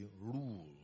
rule